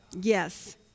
Yes